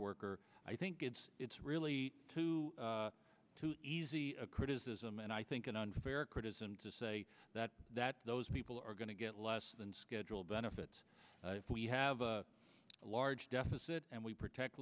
worker i think it's it's really too easy a criticism and i think an unfair criticism to say that that those people are going to get less than scheduled benefits if we have a large deficit and we protect